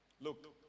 Look